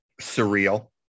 surreal